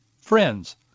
friends